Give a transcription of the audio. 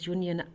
Union